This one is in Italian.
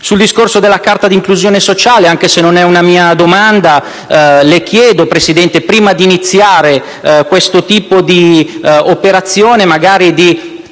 Sul discorso della carta per l'inclusione sociale, anche se non era una mia domanda, le chiedo, Presidente, prima di iniziare questo tipo di operazione, magari di